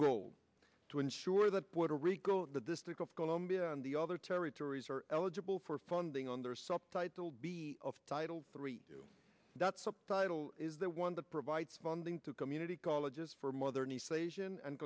goal to ensure that puerto rico the district of columbia and the other territories are eligible for funding under subtitle of title three that's title is the one that provides funding to community colleges from other